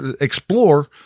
explore